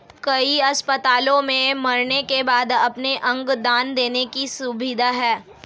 कई अस्पतालों में मरने के बाद अपने अंग दान देने की सुविधा है